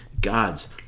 God's